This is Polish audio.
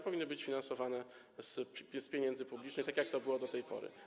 powinny być finansowane z pieniędzy publicznych, tak jak to było do tej pory.